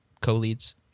co-leads